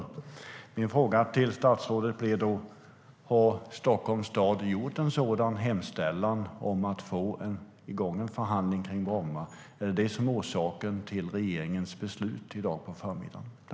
"